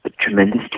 tremendous